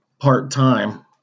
part-time